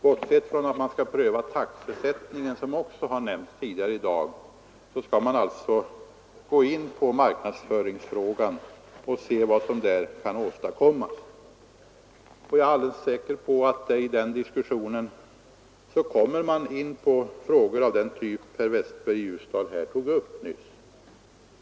Bortsett från att man skall pröva taxesättningen, som också har nämnts tidigare i dag, skall man alltså gå in på marknadsföringsfrågan och se vad som där kan åstadkommas. Jag är alldeles säker på att man i den diskussionen kommer in på frågor av den typ som herr Westberg i Ljusdal nyss tog upp.